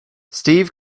steve